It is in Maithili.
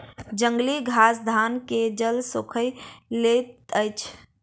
जंगली घास धान के जल सोइख लैत अछि